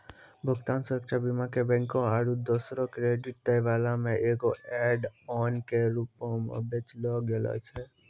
भुगतान सुरक्षा बीमा के बैंको आरु दोसरो क्रेडिट दै बाला मे एगो ऐड ऑन के रूपो मे बेचलो गैलो छलै